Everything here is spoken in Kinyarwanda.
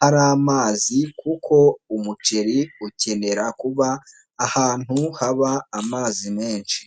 hari amazi kuko umuceri ukenera kuba ahantu haba amazi menshi.